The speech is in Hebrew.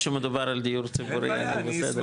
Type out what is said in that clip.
שמדובר על דיור ציבורי זה בסדר.